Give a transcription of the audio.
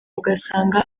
ugasanga